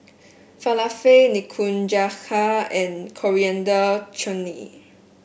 Falafel Nikujaga and Coriander Chutney